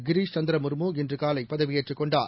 கிரீஷ் சந்திரமுர்மு இன்றுகாலைபதவியேற்றுக் கொண்டார்